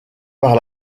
par